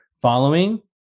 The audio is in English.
following